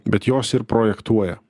bet jos ir projektuoja